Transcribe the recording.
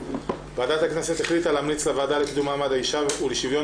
ועדת הכנסת החליטה להמליץ לוועדה לקידום מעמד האישה ולשוויון